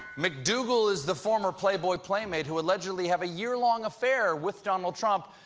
mcdougal is the former playboy playmate who allegedly had a year-long affair with donald trump,